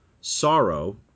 Sorrow